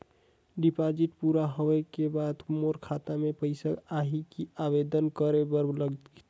Deposit पूरा होय के बाद मोर खाता मे पइसा आही कि आवेदन करे बर लगथे?